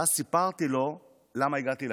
ואז סיפרתי לו למה הגעתי לכנסת.